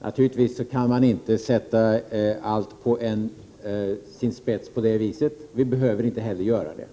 Naturligtvis kan man inte sätta allt på sin spets på det viset. Vi behöver inte heller göra det.